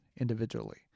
individually